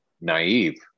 naive